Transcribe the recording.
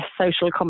social